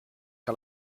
que